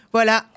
Voilà